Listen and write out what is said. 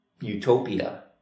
utopia